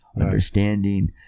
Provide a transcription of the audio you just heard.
understanding